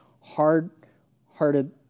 hard-hearted